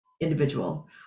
individual